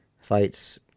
fights